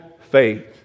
faith